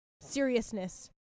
seriousness